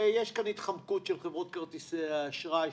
יש כאן התחמקות של חברות כרטיסי האשראי.